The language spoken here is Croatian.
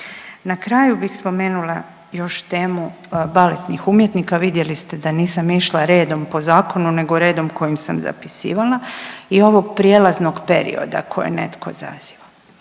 Na kraju bih spomenula još temu baletnih umjetnika. Vidjeli ste da nisam išla redom po zakonu nego redom kojim sam zapisivala i ovog prijelaznog perioda koji je netko zazivao.